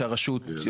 הרשות,